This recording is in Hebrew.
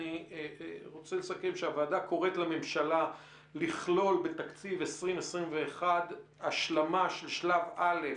אני רוצה לסכם שהוועדה קוראת לממשלה לכלול בתקציב 2021 השלמה של שלב א'